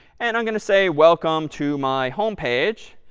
and i'm going to say welcome to my home page.